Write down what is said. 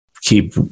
keep